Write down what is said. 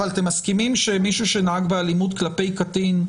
אבל אתם מסכימים שמישהי שנהגה באלימות כלפי קטין,